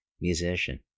musician